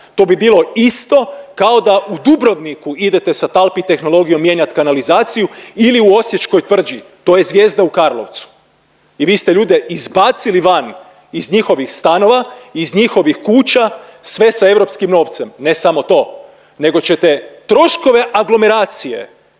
To bi bilo isto kao da u Dubrovniku idete sa talpi tehnologijom mijenjat kanalizaciju ili u osječkoj Tvrđi, to je Zvijezda u Karlovcu. I vi ste ljude izbacili van iz njihovih stanova, iz njihovih kuća sve sa europskim novcem. Ne samo to nego ćete troškove aglomeracije,